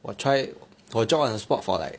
我 try 我 jog on the spot for like